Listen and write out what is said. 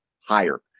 higher